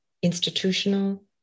institutional